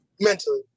mentally